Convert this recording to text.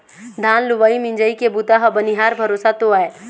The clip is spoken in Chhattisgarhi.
धान लुवई मिंजई के बूता ह बनिहार भरोसा तो आय